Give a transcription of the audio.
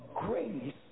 grace